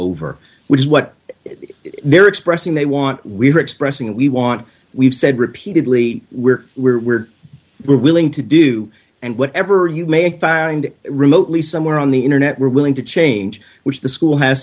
over which is what they're expressing they want we are expressing we want we've said repeatedly we're we're we're we're willing to do and whatever you may find remotely somewhere on the internet we're willing to change which the school has